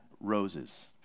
roses